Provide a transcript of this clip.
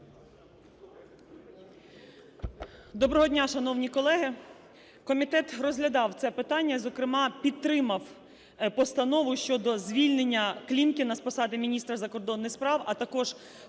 Доброго дня, шановні колеги! Комітет розглядав це питання, зокрема підтримав Постанову щодо звільнення Клімкіна з посади міністра закордонних справ, а також